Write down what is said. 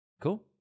Cool